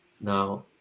Now